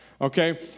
Okay